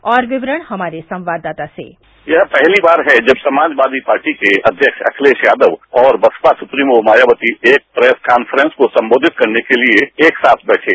और विवरण हमारे संवाददाता से यह पहली बार है जब समाजवादी पार्टी के अध्यक्ष अखिलेश यादव और बसपा सुप्रीमो मायावती एक प्रेस कॉन्फ्रेंस को संबोधित करने के लिए एक साथ बैठे